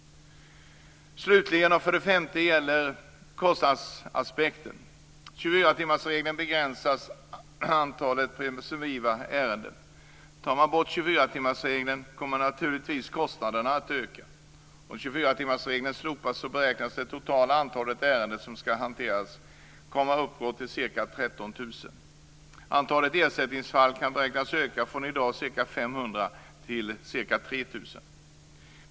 Slutligen och för det femte gäller det kostnadsaspekten. 24-timmarsregeln begränsar antalet presumtiva ärenden. Tar man bort 24-timmarsregeln kommer naturligtvis kostnaderna att öka. Om 24 timmarsregeln slopas beräknas det totala antalet ärenden som skall hanteras komma att uppgå till ca 13 000. Antalet ersättningsfall kan beräknas öka från i dag ca 500 till ca 3 000.